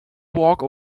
walk